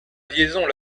liaison